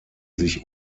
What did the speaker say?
sich